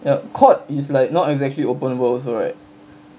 ya C_O_D is like not exactly open world also right